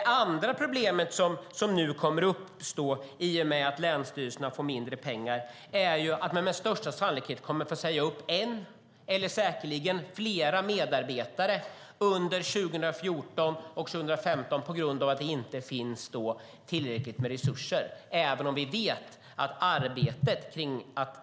Ett annat problem som nu kommer att uppstå i och med att länsstyrelserna får mindre pengar är att de med största sannolikhet kommer att få säga upp en eller - säkerligen - flera medarbetare under 2014 och 2015 på grund av att det då inte finns tillräckligt med resurser. Detta trots att vi vet att arbetet med att